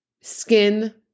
skin